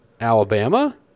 Alabama